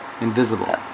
Invisible